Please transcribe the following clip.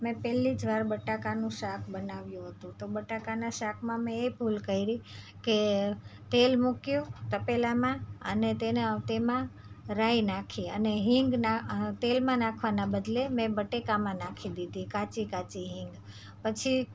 મેં પહેલી જ વાર બટાકાનું શાક બનાવ્યું હતું તો બટાકાના શાકમાં મેં એ ભૂલ કરી કે તેલ મૂક્યું તપેલામાં અને તેને અવતેમાં રાઈ નાંખી અને હિંગના તેલમાં નાંખવાના બદલે મેં બટેકામાં નાંખી દીધી કાચી કાચી હિંગ પછી